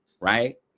right